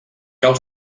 cal